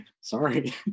sorry